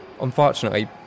Unfortunately